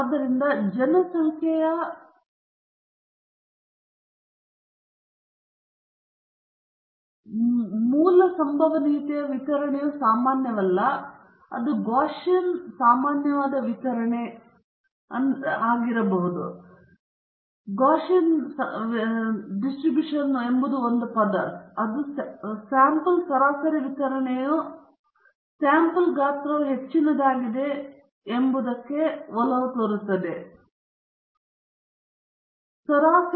ಆದ್ದರಿಂದ ಜನಸಂಖ್ಯೆಯ ಮೂಲ ಸಂಭವನೀಯತೆಯ ವಿತರಣೆಯು ಸಾಮಾನ್ಯವಲ್ಲ ಅಥವಾ ಗಾಸ್ಸಿಯನ್ ಸಾಮಾನ್ಯವಾದ ವಿತರಣೆಗೆ ಗಾಸಿಯನ್ ಮತ್ತೊಂದು ಪದವಾಗಿದ್ದರೂ ಸ್ಯಾಂಪಲ್ ಸರಾಸರಿ ವಿತರಣೆಯು ಸ್ಯಾಂಪಲ್ ಗಾತ್ರವು ಹೆಚ್ಚಿನದಾಗಿದೆ ಎಂಬ ಸಾಮಾನ್ಯತೆಗೆ ಒಲವು ತೋರುತ್ತದೆ 30 ಕ್ಕಿಂತ ಹೆಚ್ಚಿನದಾಗಿರುತ್ತದೆ